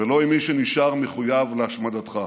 ולא עם מי שנשאר מחויב להשמדתך.